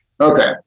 Okay